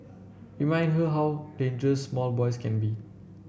remind her how dangerous small boys can be